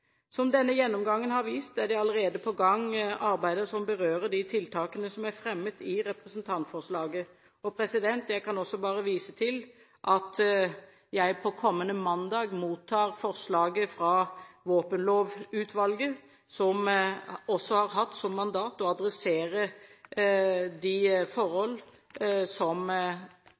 Som denne gjennomgangen har vist, er det allerede på gang arbeider som berører de tiltakene som ble fremmet i representantforslaget. Jeg kan også vise til at jeg førstkommende mandag mottar forslaget fra Våpenlovutvalget, som også har hatt som mandat å adressere de forhold som